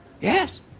Yes